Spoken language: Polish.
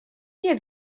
nie